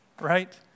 right